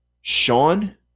Sean